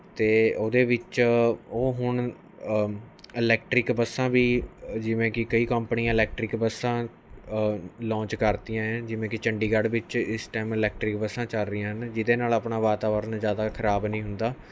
ਤੇ ਉਹਦੇ ਵਿੱਚ ਉਹ ਹੁਣ ਇਲੈਕਟ੍ਰਿਕ ਬੱਸਾਂ ਵੀ ਜਿਵੇਂ ਕੀ ਕਈ ਕੰਪਨੀਆਂ ਇਲੈਕਟ੍ਰਿਕ ਬੱਸਾਂ ਲੋਂਚ ਕਰਤੀਆਂ ਐ ਜਿਵੇਂ ਕੀ ਚੰਡੀਗੜ੍ਹ ਵਿੱਚ ਇਸ ਟਾਈਮ ਇਲੈਕਟ੍ਰਿਕ ਬੱਸਾਂ ਚੱਲ ਰਹੀਆਂ ਹਨ ਜਿਹਦੇ ਨਾਲ ਆਪਣਾ ਵਾਤਾਵਰਨ ਜ਼ਿਆਦਾ ਖਰਾਬ ਨਹੀਂ ਹੁੰਦਾ